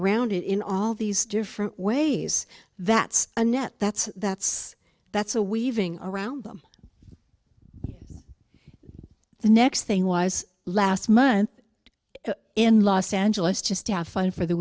around in all these different ways that's a net that's that's that's a weaving around them the next thing was last month in los angeles just to have fun for the